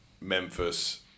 Memphis